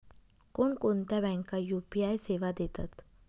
कोणकोणत्या बँका यू.पी.आय सेवा देतात?